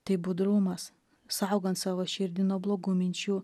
tai budrumas saugant savo širdį nuo blogų minčių